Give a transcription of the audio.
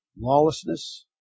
lawlessness